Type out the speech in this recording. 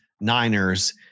Niners